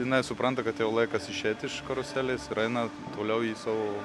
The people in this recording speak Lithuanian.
jinai supranta kad jau laikas išeit iš karuselės ir eina toliau į savo